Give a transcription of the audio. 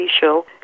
show